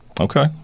okay